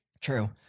true